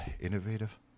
innovative